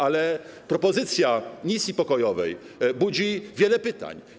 Ale propozycja misji pokojowej budzi wiele pytań.